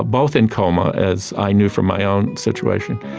ah both in coma, as i knew from my own situation.